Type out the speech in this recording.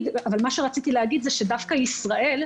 אבל מה שרציתי להגיד זה שדווקא בישראל,